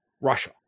Russia